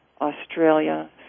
Australia